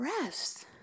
Rest